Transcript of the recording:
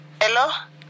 Hello